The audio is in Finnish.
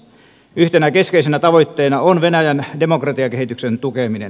yhtenä keskeisenä tavoitteena on venäjän demokratiakehityksen tukeminen